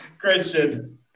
Christian